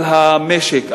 על המשק,